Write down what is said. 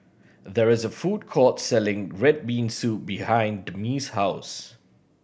there is a food court selling red bean soup behind Demi's house